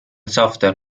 software